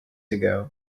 ago